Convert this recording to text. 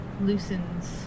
loosens